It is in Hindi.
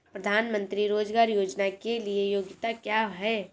प्रधानमंत्री रोज़गार योजना के लिए योग्यता क्या है?